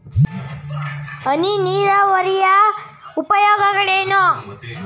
ಹನಿ ನೀರಾವರಿಯ ಉಪಯೋಗಗಳೇನು?